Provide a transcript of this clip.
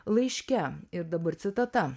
laiške ir dabar citata